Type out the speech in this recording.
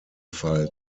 fall